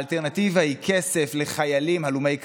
האלטרנטיבה היא כסף לחיילים הלומי קרב.